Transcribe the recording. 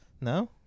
no